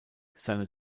seine